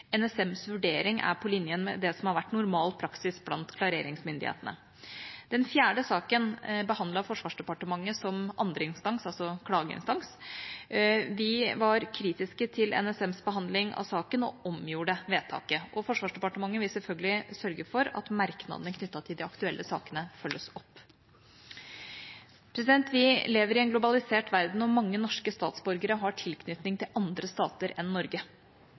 NSMs vurdering er på linje med det som har vært normal praksis blant klareringsmyndighetene. Den fjerde saken behandlet Forsvarsdepartementet som andreinstans, altså klageinstans. Vi var kritiske til NSMs behandling av saken og omgjorde vedtaket. Forsvarsdepartementet vil selvfølgelig sørge for at merknadene knyttet til de aktuelle sakene følges opp. Vi lever i en globalisert verden og mange norske statsborgere har tilknytning til andre stater enn Norge.